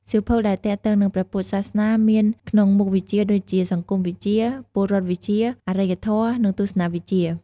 សៀវភៅដែលទាក់ទងនឹងព្រះពុទ្ធសាសនាមានក្នុងមុខវិជ្ជាដូចជា សង្គមវិទ្យា ពលរដ្ឋវិទ្យា អរិយធម៌ និងទស្សនវិជ្ជា។